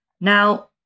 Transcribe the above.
Now